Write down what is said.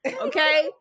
okay